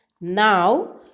Now